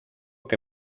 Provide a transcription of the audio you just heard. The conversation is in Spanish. que